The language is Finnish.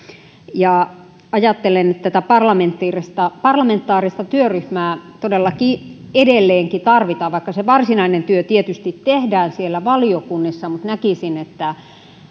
ajattelen että tätä parlamentaarista parlamentaarista työryhmää todellakin edelleenkin tarvitaan vaikka se varsinainen työ tietysti tehdään siellä valiokunnissa näkisin että